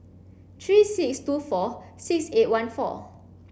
three six two four six eight one four